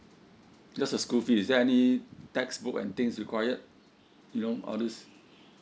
that's a school fee is there any textbook and things required all this